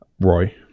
roy